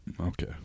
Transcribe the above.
Okay